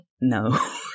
no